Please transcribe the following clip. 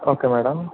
okay madam